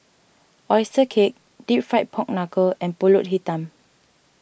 Oyster Cake Deep Fried Pork Knuckle and Pulut Hitam